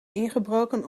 ingebroken